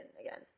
again